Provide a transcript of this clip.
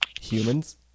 humans